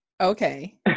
okay